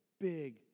big